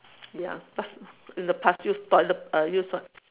ya past in the past use toilet err use what